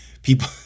people